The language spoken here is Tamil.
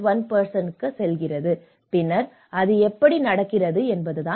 1 க்கு செல்கிறது பின்னர் இது அது எப்படி நடக்கிறது என்பதுதான்